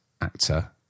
actor